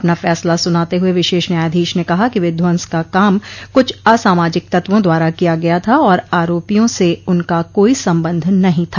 अपना फैसला सुनाते हुए विशेष न्यायाधीश ने कहा कि विध्वंस का काम कुछ असामाजिक तत्वों द्वारा किया गया था और आरोपियों से उनका कोई संबंध नहीं था